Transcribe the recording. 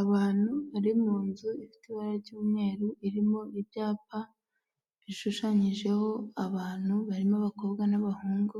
Abantu ari mu nzu ifite ibara ry'umweru irimo ibyapa bishushanyijeho abantu barimo abakobwa n'abahungu,